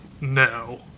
no